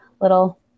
little